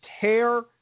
tear